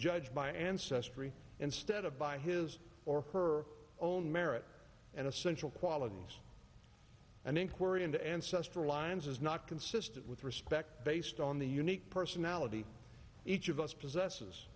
judged by ancestry instead of by his or her own merit and essential qualities an inquiry into ancestral lines is not consistent with respect based on the unique personality each of us possesses